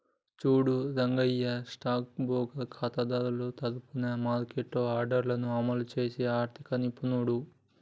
చూడు Rangaiah stock broker ఖాతాదారుల తరఫున మార్కెట్లో ఆర్డర్లను అమలు చేసే ఆర్థిక నిపుణుడు